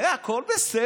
זה, הכול בסדר.